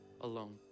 alone